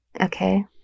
Okay